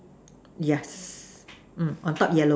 yes mm on top yellow